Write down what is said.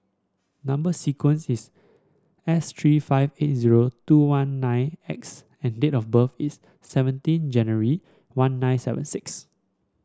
number sequence is S three five eight zero two one nine X and date of birth is seventeen January one nine seven six